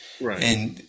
Right